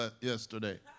yesterday